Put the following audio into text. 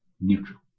neutral